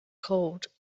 called